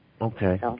Okay